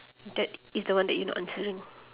that is the one that you not answering